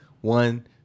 One